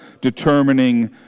determining